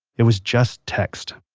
it was just text,